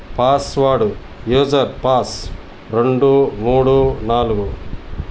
password user pass రెండు మూడు నాలుగు